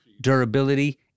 durability